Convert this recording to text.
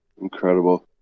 Incredible